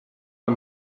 him